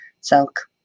silk